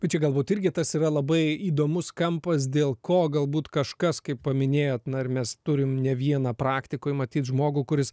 bet čia galbūt irgi tas yra labai įdomus kampas dėl ko galbūt kažkas kaip paminėjot na ir mes turim ne vieną praktikoj matyt žmogų kuris